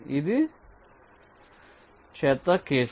ఇది చెత్త కేసు